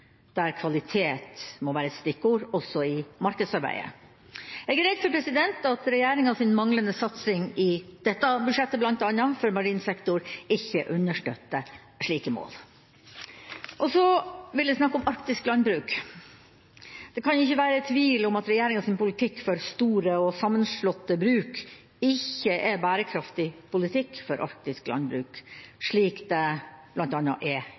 der kvalitet må være et stikkord, også i markedsarbeidet. Jeg er redd for at regjeringas manglende satsing i dette budsjettet, bl.a., på marin sektor, ikke understøtter slike mål. Så vil jeg snakke om arktisk landbruk. Det kan ikke være tvil om at regjeringas politikk for store og sammenslåtte bruk ikke er bærekraftig politikk for arktisk landbruk, slik det bl.a. er